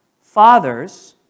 Fathers